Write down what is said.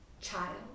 child